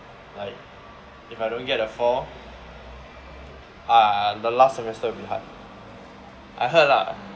like if I don't get the four ah the last semester will be hard I heard lah